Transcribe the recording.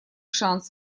шанс